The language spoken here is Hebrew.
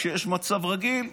כשיש מצב רגיל,